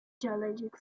geologic